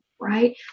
right